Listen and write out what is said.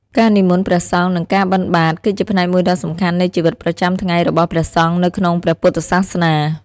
ការនិមន្តព្រះសង្ឃនឹងការបិណ្ឌបាត គឺជាផ្នែកមួយដ៏សំខាន់នៃជីវិតប្រចាំថ្ងៃរបស់ព្រះសង្ឃនៅក្នុងព្រះពុទ្ធសាសនា។